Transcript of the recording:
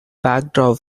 backdrop